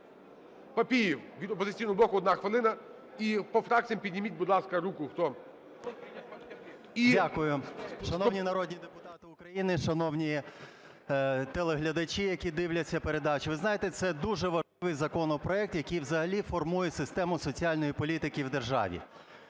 Папієв від "Опозиційного блоку", одна хвилина. І по фракціях підніміть, будь ласка, руку, хто. І... 10:30:59 ПАПІЄВ М.М. Дякую. Шановні народні депутати України, шановні телеглядачі, які дивляться передачу, ви знаєте, це дуже важливий законопроект, який взагалі формує систему соціальної політики в державі.